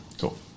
Cool